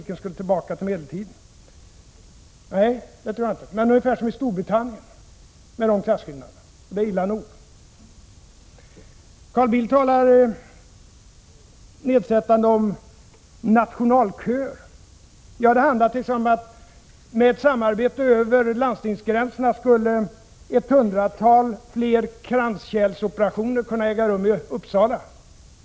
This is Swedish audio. Nej, det tror jag inte, men det skulle bli ungefär som i Storbritannien med sina stora klasskillnader, och det är illa nog. Carl Bildt talade nedsättande om nationalköer. Det handlar t.ex. om att ett samarbete över landstingsgränserna skulle möjliggöra ett hundratal fler kranskärlsoperationer i Uppsala.